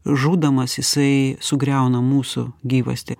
žūdamas jisai sugriauna mūsų gyvastį